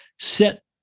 set